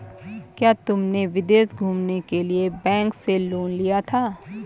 क्या तुमने विदेश घूमने के लिए बैंक से लोन लिया था?